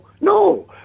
No